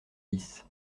bis